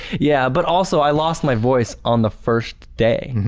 yeah but also i lost my voice on the first day.